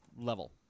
level